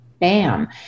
bam